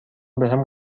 بهم